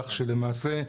כך שלמעשה,